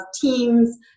teams